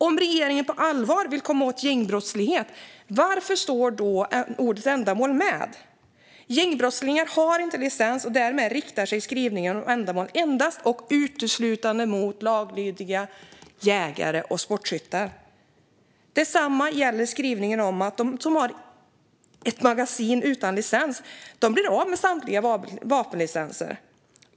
Om regeringen på allvar vill komma åt gängbrottslighet - varför står då ordet ändamål med? Gängbrottslingar har inte licens, och därmed riktar sig skrivningen om ändamål endast och uteslutande mot laglydiga jägare och sportskyttar. Detsamma gäller skrivningen om att de som har ett magasin utan licens blir av med samtliga vapenlicenser.